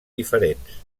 diferents